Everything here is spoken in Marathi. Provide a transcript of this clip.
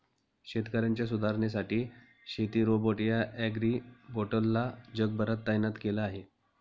शेतकऱ्यांच्या सुधारणेसाठी शेती रोबोट या ॲग्रीबोट्स ला जगभरात तैनात केल आहे